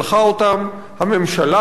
הממשלה ששלחה אותם,